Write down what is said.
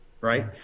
right